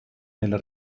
nel